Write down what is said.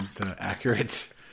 accurate